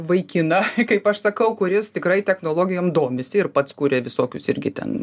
vaikiną kaip aš sakau kuris tikrai technologijom domisi ir pats kuria visokius irgi ten